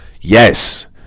Yes